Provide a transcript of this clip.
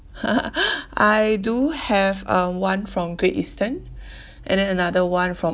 I do have uh one from great eastern and then another one from